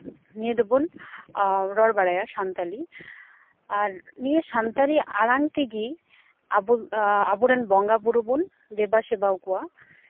ᱱᱤᱭᱟᱹ ᱫᱚᱵᱚᱱ ᱨᱚᱲ ᱵᱟᱲᱟᱭᱟ ᱥᱟᱱᱛᱟᱲᱤ ᱟᱨ ᱱᱤᱭᱟᱹ ᱥᱟᱱᱛᱟᱲᱤ ᱟᱲᱟᱝ ᱛᱮᱜᱮ ᱟᱵᱚᱨᱮᱱ ᱟᱵᱚᱨᱮᱱ ᱵᱚᱸᱜᱟᱼᱵᱳᱨᱳ ᱵᱚᱱ ᱫᱮᱵᱟ ᱥᱮᱵᱟ ᱠᱚᱣᱟ